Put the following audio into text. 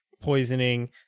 poisoning